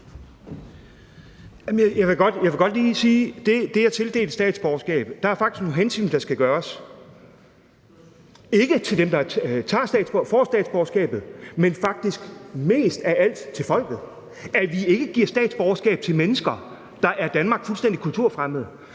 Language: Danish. Jeg vil godt lige sige, at i forhold til det at tildele statsborgerskab er der faktisk nogle hensyn, der skal tages, ikke til dem, som får statsborgerskabet, men faktisk mest af alt til folket, altså i forhold til at vi ikke giver statsborgerskab til mennesker, som er Danmark fuldstændig kulturfremmede.